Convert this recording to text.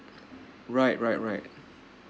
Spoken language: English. right right right